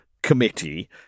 committee